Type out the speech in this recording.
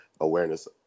awareness